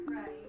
Right